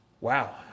wow